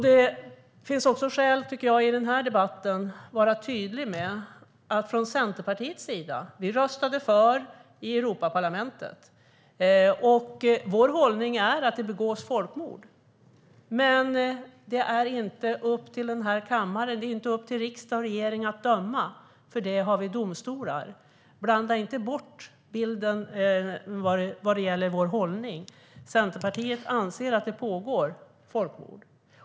Det finns skäl, tycker jag, att i den här debatten vara tydlig med att Centerpartiet röstade för detta i Europaparlamentet. Vår hållning är att det begås folkmord. Men det är inte upp till den här kammaren, inte upp till riksdag och regering att döma. För detta har vi domstolar. Blanda inte bort bilden vad gäller vår hållning! Centerpartiet anser att folkmord pågår.